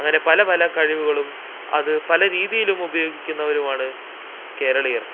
അങ്ങനെ പല പല കഴിവുകളും അത് പല രീതിയിലും ഉപയോഗിക്കുന്നവരുമാണ് കേരളീയര്